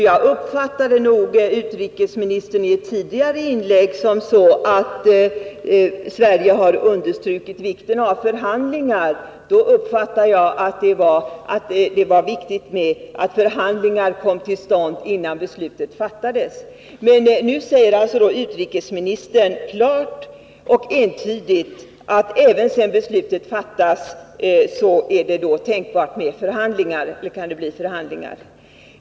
Jag uppfattade nog utrikesministerns tidigare inlägg så, att man från svenskt håll betonat vikten av förhandlingar före ett beslut. Men nu säger alltså utrikesministern klart och entydigt att även sedan beslutet fattats kan det bli förhandlingar.